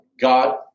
God